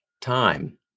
time